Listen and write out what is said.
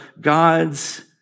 God's